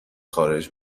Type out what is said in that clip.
خارج